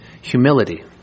humility